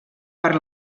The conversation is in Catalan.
per